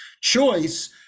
choice